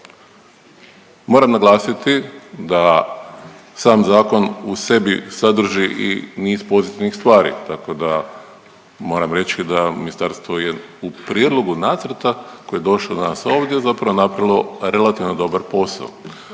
Moram naglasiti da sam zakon u sebi sadrži i niz pozitivnih stvari, tako da moram reći da ministarstvo je u prijedlogu nacrta koje je došlo danas ovdje zapravo napravilo relativno dobar posao.